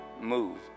move